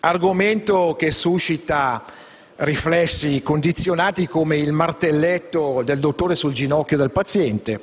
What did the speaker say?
argomento che suscita riflessi condizionati, come il martelletto del dottore sul ginocchio del paziente.